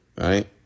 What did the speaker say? Right